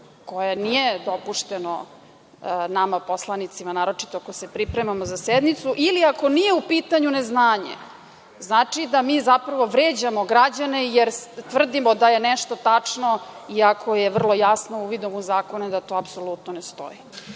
koje nije dopušteno nama poslanicima, naročito ako se pripremamo za sednicu, ili ako nije u pitanju neznanje, znači da mi zapravo vređamo građane jer tvrdimo da je nešto tačno, iako je vrlo jasno uvidom u zakone da to apsolutno ne stoji. Želim